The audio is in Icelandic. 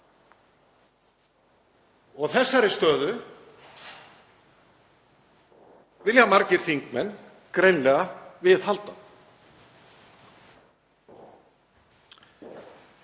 og þeirri stöðu vilja margir þingmenn greinilega viðhalda.